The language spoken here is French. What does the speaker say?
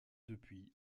depuis